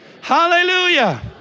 Hallelujah